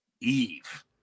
Eve